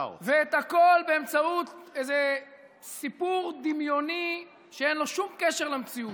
והכול באמצעות איזה סיפור דמיוני שאין לו שום קשר למציאות.